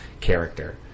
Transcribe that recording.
character